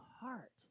heart